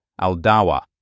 Al-Dawa